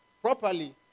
properly